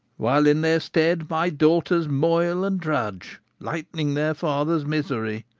while in their stead my daughters moil and drudge, lightening their father's misery.